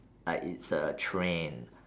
like it's a trend